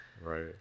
Right